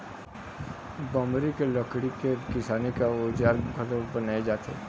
बमरी के लकड़ी के किसानी के अउजार घलोक बनाए जाथे